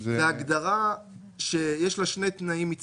אלה שני סעיפים שונים.